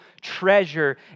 treasure